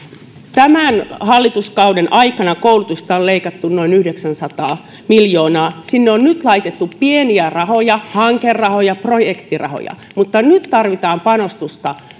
tämän hallituskauden aikana koulutuksesta on leikattu noin yhdeksänsataa miljoonaa sinne on nyt laitettu pieniä rahoja hankerahoja projektirahoja mutta nyt tarvitaan panostusta